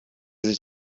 sich